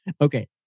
Okay